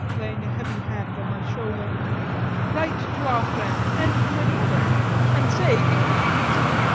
laying a heavy hand on my shoulder write to our friend and to any other and say, if it will please you,